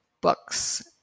books